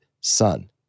son